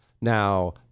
Now